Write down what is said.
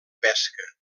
pesca